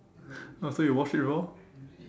oh so you watched it before